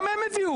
נעולה.